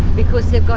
because they're